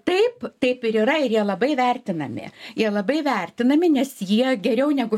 taip taip ir yra ir jie labai vertinami jie labai vertinami nes jie geriau negu